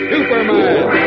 Superman